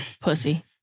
Pussy